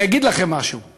אני אגיד לכם משהו,